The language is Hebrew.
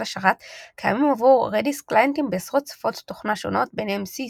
השרת קיימים עבור Redis קליינטים בעשרות שפות תוכנה שונות ביניהן C,